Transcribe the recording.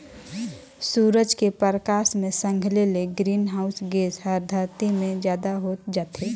सूरज के परकास मे संघले ले ग्रीन हाऊस गेस हर धरती मे जादा होत जाथे